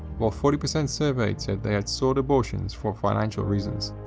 while forty percent surveyed said they had sought abortions for financial reasons.